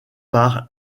par